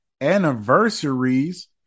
anniversaries